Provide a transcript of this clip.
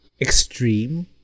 extreme